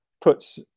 puts